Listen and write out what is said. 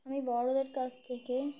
আমি বড়দের কাছ থেকে